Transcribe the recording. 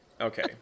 Okay